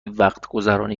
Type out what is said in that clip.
وقتگذرانی